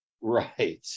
Right